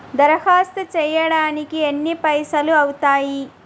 దరఖాస్తు చేయడానికి ఎన్ని పైసలు అవుతయీ?